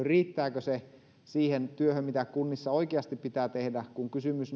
riittääkö se siihen työhön mitä kunnissa oikeasti pitää tehdä kun kysymys